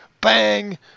bang